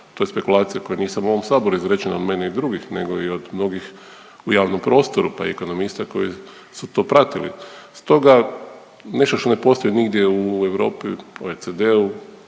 To je spekulacija koja nije samo u ovom saboru izrečena meni od drugih nego i od mnogih u javnom prostoru pa i ekonomista koji su to pratili. Stoga nešto što ne postoji nigdje u Europi po OECD-u